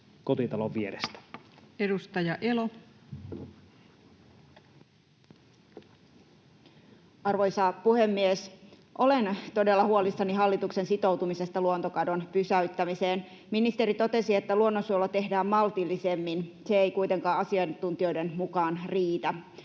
kotitalon vierestä. Edustaja Elo. Arvoisa puhemies! Olen todella huolissani hallituksen sitoutumisesta luontokadon pysäyttämiseen. Ministeri totesi, että luonnonsuojelua tehdään maltillisemmin. Se ei kuitenkaan asiantuntijoiden mukaan riitä.